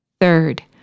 Third